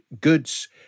goods